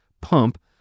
pump